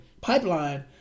pipeline